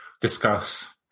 discuss